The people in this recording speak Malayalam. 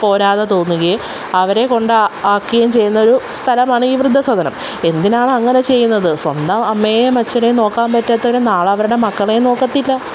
പോരാതെ തോന്നുകയും അവരെ കൊണ്ട് ആക്കുകയും ചെയ്യുന്ന ഒരു സ്ഥലമാണ് ഈ വൃദ്ധസദനം എന്തിനാണ് അങ്ങനെ ചെയ്യുന്നത് സ്വന്തം അമ്മയെയും അച്ഛനെയും നോക്കാൻ പറ്റാത്തവരെ നാളെ അവരുടെ മക്കളെയും നോക്കത്തില്ല